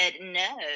no